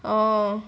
oh